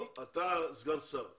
אתה סגן שר.